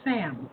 Sam